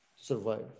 survive